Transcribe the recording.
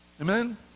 Amen